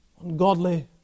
ungodly